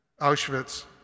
Auschwitz